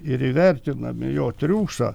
ir įvertinami jo triūsą